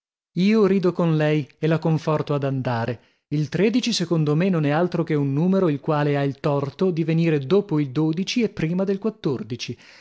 io rido con lei e la conforto ad andare il tredici secondo me non è altro che un numero il quale ha il torto di venire dopo il dodici e prima del quattordici